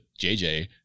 JJ